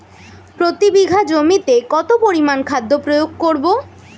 প্রতি বিঘা জমিতে কত পরিমান খাদ্য প্রয়োগ করব?